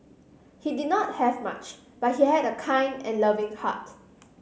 he did not have much but he had a kind and loving heart